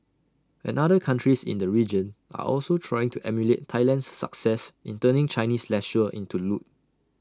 another countries in the region are also trying to emulate Thailand's success in turning Chinese leisure into loot